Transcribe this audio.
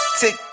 tick